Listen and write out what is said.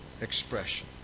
expression